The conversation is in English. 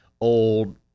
old